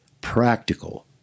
practical